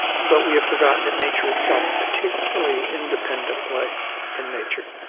but we have forgotten that nature itself, particularly independent play in nature,